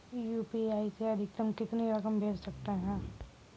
UPI से अधिकतम कितनी रकम भेज सकते हैं?